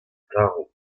tarv